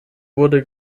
wurde